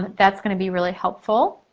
that's gonna be really helpful.